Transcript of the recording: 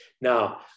Now